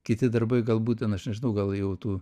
kiti darbai galbūt ten aš nežinau gal jau tų